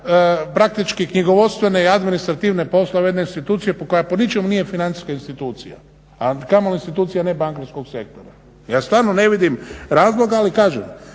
praktički knjigovodstvene i administrativne poslove jedne institucije koja po ničemu nije financijska institucija, a kamoli institucija nebankarskog sektora. "Za obavljanje poslova u okviru